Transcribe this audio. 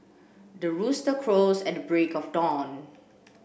the rooster crows at the break of dawn